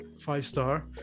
five-star